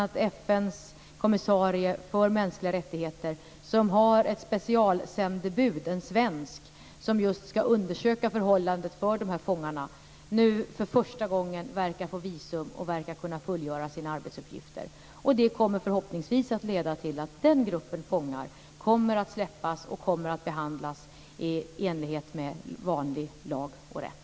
FN:s kommissarie för mänskliga rättigheter har ett specialsändebud, en svensk, som ska undersöka förhållandet för dessa fångar, som nu för första gången verkar kunna få visum och verkar kunna fullgöra sina arbetsuppgifter. Det kommer förhoppningsvis att leda till att den gruppen fångar kommer att släppas och kommer att behandlas i enlighet med vanlig lag och rätt.